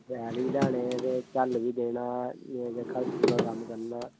बैल बी लाने ते झल्ल बी देना जेह्का पूरा कम्म करना